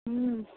हुँ